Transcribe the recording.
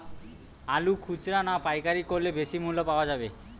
আলু খুচরা না পাইকারি করলে বেশি মূল্য পাওয়া যাবে?